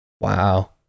Wow